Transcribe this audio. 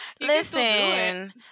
Listen